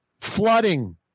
Flooding